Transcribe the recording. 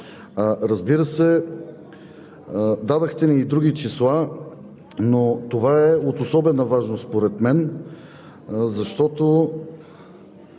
Разбира се, дадохте ни и други числа, но това е от особена важност според мен. По